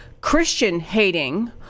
Christian-hating